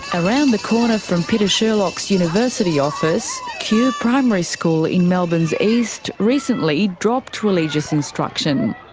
around the corner from peter sherlock's university office, kew primary school in melbourne's east, recently dropped religious instruction.